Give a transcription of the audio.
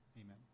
amen